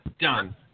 Done